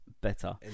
better